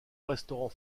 restaurant